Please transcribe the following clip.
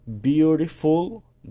beautiful